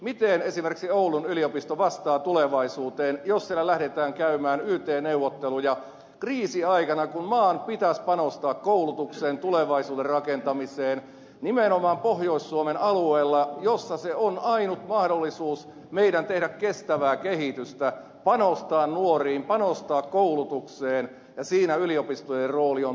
miten esimerkiksi oulun yliopisto vastaa tulevaisuuteen jos siellä lähdetään käymään yt neuvotteluja kriisiaikana kun maan pitäisi panostaa koulutukseen tulevaisuuden rakentamiseen nimenomaan pohjois suomen alueella missä se on ainut mahdollisuus meidän tehdä kestävää kehitystä panostaa nuoriin panostaa koulutukseen ja siinä yliopistojen rooli on todella merkittävä